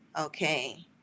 okay